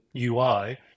UI